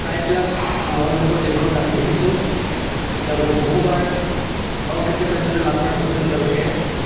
প্ৰায়বিলাক মহৎলোকৰ জীৱনত আমি দেখিছোঁ তেওঁলোকে বহুবাৰ অকৃতকাৰ্য্য়তা লাভ কৰাৰ পাছতহে তেওঁলোকে